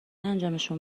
انجامشون